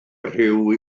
rhyw